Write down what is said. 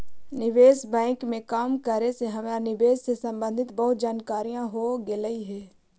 निवेश बैंक में काम करे से हमरा निवेश से संबंधित बहुत जानकारियाँ हो गईलई हे